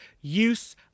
use